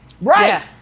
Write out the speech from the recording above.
Right